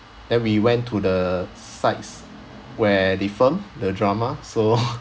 then we went to the sites where they film the drama so